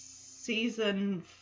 season